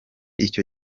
icyo